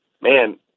man